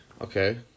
Okay